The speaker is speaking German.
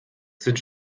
sind